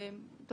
אתה